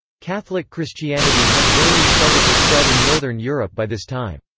catholic christianity had barely started to spread in northern europe by this time.